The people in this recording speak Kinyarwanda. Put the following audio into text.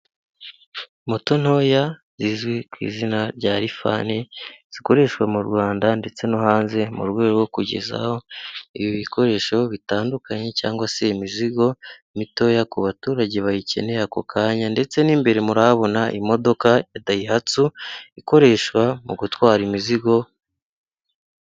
Moto ntoya zizwi ku izina rya rifani zikoreshwa mu Rwanda ndetse no hanze, mu rwego rwo kugezaho ibikoresho bitandukanye, cyangwa se imizigo mitoya ku baturage bayikeneye ako kanya, ndetse n'imbere murahabona imodoka ya Dayihatsu ikoreshwa mu gutwara imizigo...